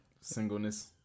singleness